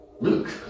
Luke